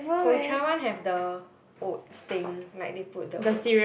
Gong-Cha one have the oats thing like they put the oats